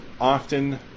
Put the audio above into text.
often